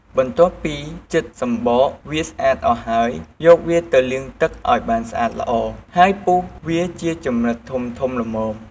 បន្ទាប់ពីចិតសំបកវាស្អាតអស់ហើយ យកវាទៅលាងទឹកឱ្យបានស្អាតល្អ ហើយពុះវាជាចំណិតធំៗល្មម។